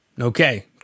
Okay